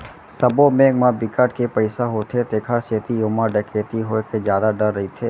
सबो बेंक म बिकट के पइसा होथे तेखर सेती ओमा डकैती होए के जादा डर रहिथे